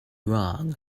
wrong